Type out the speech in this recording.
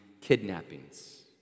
kidnappings